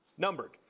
numbered